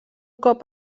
cop